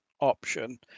option